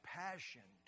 passion